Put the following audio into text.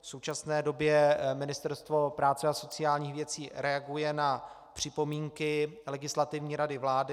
V současné době Ministerstvo práce a sociálních věcí reaguje na připomínky Legislativní rady vlády.